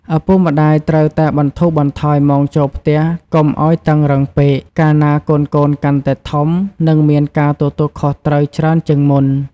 ឪពុកម្តាយត្រូវតែបន្ថូរបន្ថយម៉ោងចូលផ្ទះកុំឱ្យតឹងរឹងពេក កាលណាកូនៗកាន់តែធំ និងមានការទទួលខុសត្រូវច្រើនជាងមុន។